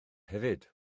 hefyd